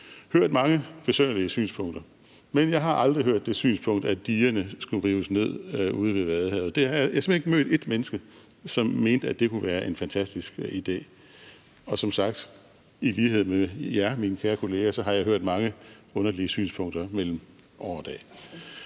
løb hørt mange besynderlige synspunkter, men jeg har aldrig hørt det synspunkt, at digerne ude ved Vadehavet skulle rives ned. Jeg har simpelt hen ikke mødt et menneske, som mente, at det kunne være en fantastisk idé. Og som sagt: I lighed med jer, mine kære kolleger, har jeg hørt mange underlige synspunkter mellem år og dag.